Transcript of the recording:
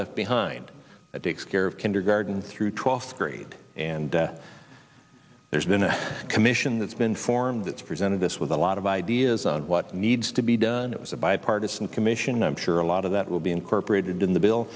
left behind at dick's care of kindergarten through twelfth grade and there's been a commission that's been formed that's presented us with a lot of ideas on what needs to be done it was a bipartisan commission and i'm sure a lot of that will be incorporated in the bill